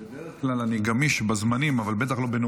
בדרך כלל אני גמיש בזמנים אבל בטח לא בנאומים